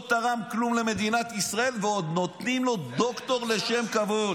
לא תרם כלום למדינת ישראל ועוד נותנים לו דוקטור לשם כבוד.